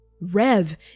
Rev